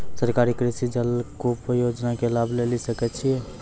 सरकारी कृषि जलकूप योजना के लाभ लेली सकै छिए?